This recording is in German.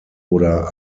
oder